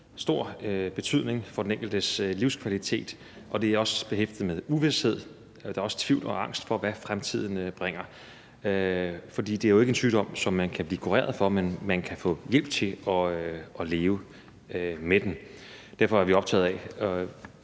stor betydning for den enkeltes livskvalitet. Det er også behæftet med uvished, for der er også tvivl og angst for, hvad fremtiden bringer. For det er jo ikke en sygdom, som man kan blive kureret for, men man kan få hjælp til at leve med den. Derfor er vi optagede af